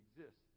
exist